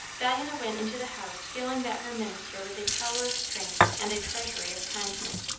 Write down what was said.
diana went into the house feeling that her minister was a tower of strength and a treasury of kindness.